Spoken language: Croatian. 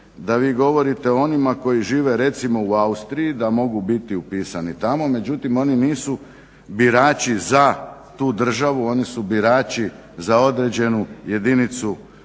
da vi govorite o onima koji žive recimo u Austriji da mogu biti upisani tamo, međutim oni nisu birači za tu državu, oni su birači za određenu jedincu